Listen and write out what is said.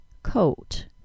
coat